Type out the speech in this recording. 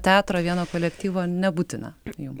teatro vieno kolektyvo nebūtina jum